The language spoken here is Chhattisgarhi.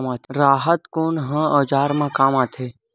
राहत कोन ह औजार मा काम आथे?